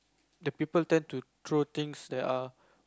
the people tend to throw things that are